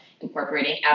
incorporating